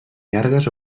llargues